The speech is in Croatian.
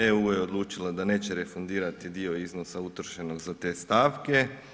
EU je odlučila da neće refundirati dio iznosa utrošenog za te stavke.